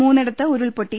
മൂന്നിടത്ത് ഉരുൾപൊട്ടി